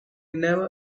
never